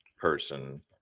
person